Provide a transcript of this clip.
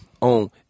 on